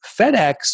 FedEx